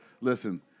listen